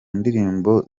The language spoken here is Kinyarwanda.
ndirimbo